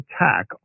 attack